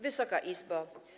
Wysoka Izbo!